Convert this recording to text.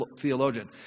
theologian